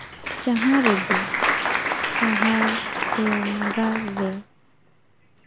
ᱡᱟᱦᱟᱸ ᱨᱮᱜᱮ ᱥᱟᱦᱟᱨ ᱥᱮ ᱱᱟᱜᱟᱨ ᱨᱮ